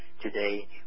Today